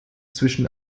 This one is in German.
zwischen